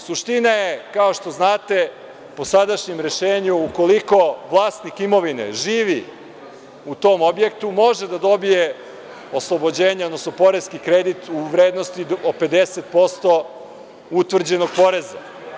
Suština je, kao što znate, po sadašnjem rešenju ukoliko vlasnik imovine živi u tom objektu, može da dobije oslobođenje, odnosno poreski kredit u vrednosti od 50% utvrđenog poreza.